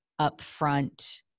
upfront